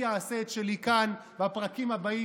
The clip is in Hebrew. אני אעשה את שלי כאן בפרקים הבאים,